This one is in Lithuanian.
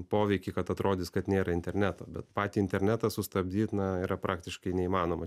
poveikį kad atrodys kad nėra interneto bet patį internetą sustabdyt na yra praktiškai neįmanoma